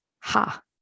Ha